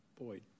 Boyd